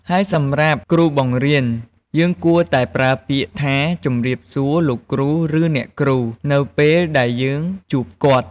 ហើយសម្រាប់គ្រួបង្រៀនយើងគួរតែប្រើពាក្យថា ជម្រាបសួរលោកគ្រូឬអ្នកគ្រូ នៅពេលដែលយើងជួបគាត់។